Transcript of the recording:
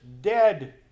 dead